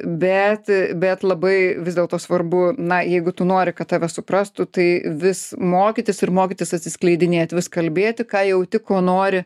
bet bet labai vis dėlto svarbu na jeigu tu nori kad tave suprastų tai vis mokytis ir mokytis atsiskleidinėti vis kalbėti ką jauti ko nori